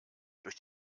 durch